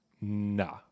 nah